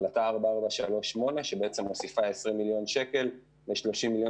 החלטה 4438 שבעצם מוסיפה 20 מיליון שקלים ל-30 מיליון